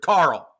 Carl